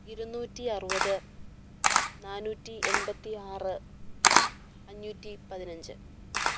ഇരുനൂറ്റിയറുപത് നാനൂറ്റി എൺപത്തി ആറ് അഞ്ഞൂറ്റി പതിനഞ്ച്